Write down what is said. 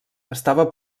estava